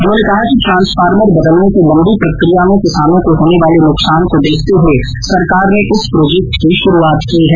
उन्होंने कहा कि ट्रांसफार्मर बदलने की लंबी प्रक्रिया में किसानों को होने वाले नुकसान को देखते हुए सरकार ने इस प्रोजेक्ट की शुरूआत की है